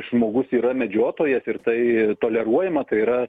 žmogus yra medžiotojas ir tai toleruojama tai yra